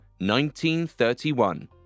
1931